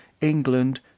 England